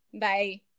Bye